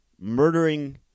murdering